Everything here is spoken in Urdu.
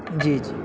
جی جی